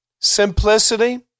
simplicity